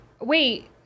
wait